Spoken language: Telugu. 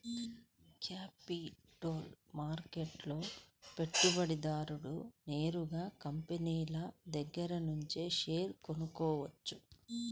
క్యాపిటల్ మార్కెట్లో పెట్టుబడిదారుడు నేరుగా కంపినీల దగ్గరనుంచే షేర్లు కొనుక్కోవచ్చు